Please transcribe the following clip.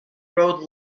road